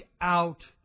out